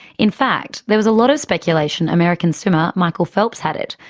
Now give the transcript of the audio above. in fact, there was a lot of speculation american swimmer michael phelps had it,